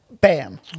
bam